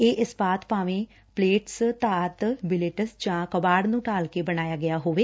ਇਹ ਇਸਪਾਤ ਭਾਵੇਂ ਪਲੇਟਸ ਧਾਤ ਬਿਲੇਟਸ ਜਾਂ ਕਬਾਤ ਨੂੰ ਢਾਲ ਕੇ ਬਣਾਇਆ ਗਿਆ ਹੋਵੇ